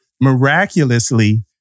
Miraculously